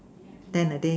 ten I think